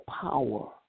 power